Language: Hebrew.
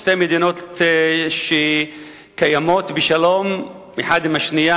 שתי מדינות שקיימות בשלום אחת עם השנייה,